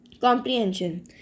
Comprehension